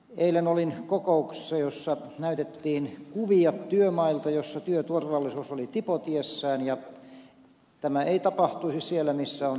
eilen olin kokouksessa jossa näytettiin kuvia työmailta joilla työturvallisuus oli tipotiessään ja tämä ei tapahtuisi siellä missä on asianmukaista valvontaa